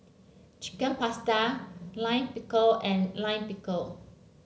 Chicken Pasta Lime Pickle and Lime Pickle